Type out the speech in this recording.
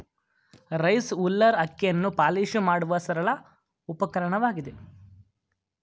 rice huller ಅಕ್ಕಿಯನ್ನು polish ಮಾಡುವ ಸರಳ ಉಪಕರಣವಾಗಿದೆ